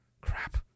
Crap